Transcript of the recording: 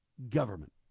government